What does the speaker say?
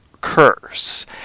Curse